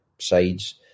sides